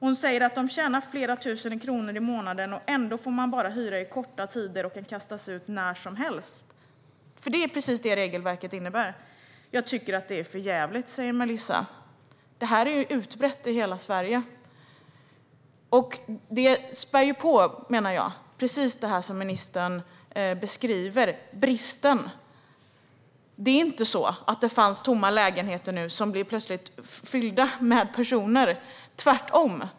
Hon säger: "De tjänar flera tusen kronor i månaden och ändå får man bara hyra i korta tider och kan kastas ut när som helst." Det är precis vad regelverket innebär. "Jag tycker att det är för jävligt", säger Melissa. Detta är utbrett i hela Sverige. Det spär på det som ministern beskriver, nämligen bristen. Det är inte så att det finns tomma lägenheter som plötsligt fylls med personer. Tvärtom!